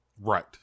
Right